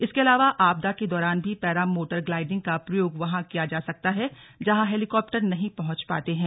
इसके अलावा आपदा के दौरान भी पैरा मोटर ग्लाइडिंग का प्रयोग वहां किया जा सकता हैं जहां हैलीकॉप्टर नहीं पहुंच पाते हैं